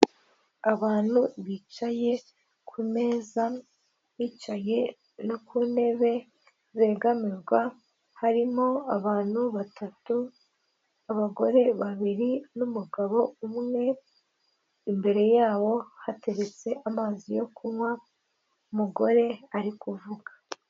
Abantu bicaye ku meza, bicaye no ku ntebe zegamirwa, harimo abantu batatu, abagore babiri n'umugabo umwe, imbere yabo hateretse amazi yo kunywa, umugore ari kuvuga.